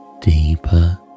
deeper